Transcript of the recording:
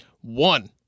one